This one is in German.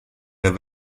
der